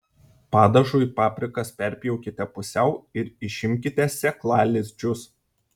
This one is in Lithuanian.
padažui paprikas perpjaukite pusiau ir išimkite sėklalizdžius